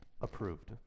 approved